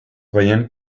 veient